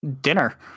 dinner